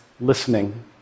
listening